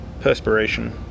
perspiration